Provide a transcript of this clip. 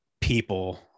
people